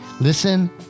Listen